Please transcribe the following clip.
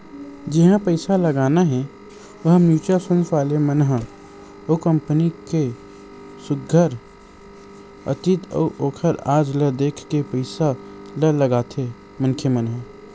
जिहाँ पइसा लगाना हे उहाँ म्युचुअल फंड वाले मन ह ओ कंपनी के सुग्घर अतीत अउ ओखर आज ल देख के पइसा ल लगाथे मनखे मन ह